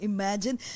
Imagine